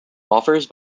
offers